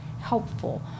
helpful